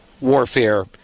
warfare